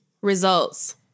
results